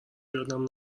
یادم